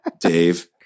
dave